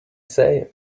say